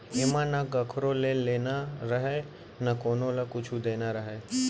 एमा न कखरो ले लेना रहय न कोनो ल कुछु देना